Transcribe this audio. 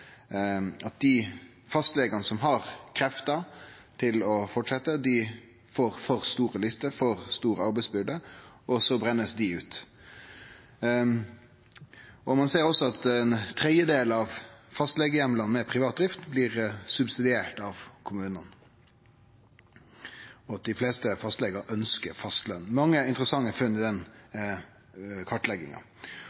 at dei fastlegane som har krefter til å fortsetje, får for lange lister og for stor arbeidsbyrde og blir utbrente. Ein ser også at ein tredjedel av fastlegeheimlane med privat drift blir subsidiert av kommunane, og at dei fleste fastlegane ønskjer seg fast løn. Det er mange interessante funn i den